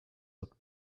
would